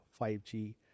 5G